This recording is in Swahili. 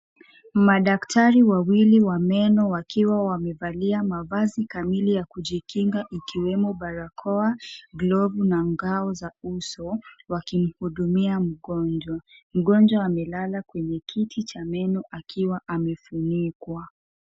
Madaktari wawili wa meno wakiwa wamevalia mavazi kamili ya kujikinga ikiwemo barakoa, glovu na ngao za uso wakimhudumia mgonjwa. Mgonjwa amelala kwenye kiti cha meno akiwa amefunikwa.